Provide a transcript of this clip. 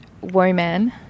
woman